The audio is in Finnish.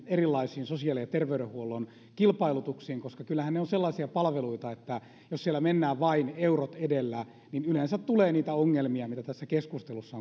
erilaisiin sosiaali ja terveydenhuollon kilpailutuksiin koska kyllähän ne ovat sellaisia palveluita että jos siellä mennään vain eurot edellä niin yleensä tulee niitä ongelmia mitä tässä keskustelussa